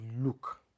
look